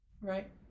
Right